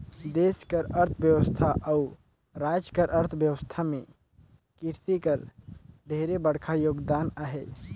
देस कर अर्थबेवस्था अउ राएज कर अर्थबेवस्था में किरसी कर ढेरे बड़खा योगदान अहे